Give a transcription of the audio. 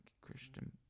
Christian